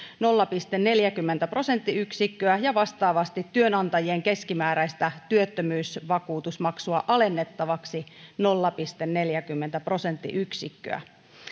nolla pilkku neljäkymmentä prosenttiyksikköä ja vastaavasti työnantajien keskimääräistä työttömyysvakuutusmaksua alennettavaksi nolla pilkku neljäkymmentä prosenttiyksikköä